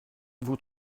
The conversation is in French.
vous